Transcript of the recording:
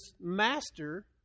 master